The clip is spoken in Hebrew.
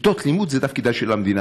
כיתות לימוד זה תפקידה של המדינה.